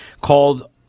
called